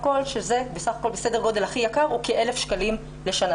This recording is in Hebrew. שבסדר הגודל הכי יקר זה כ-1,000 שקלים לשנה,